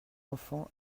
enfants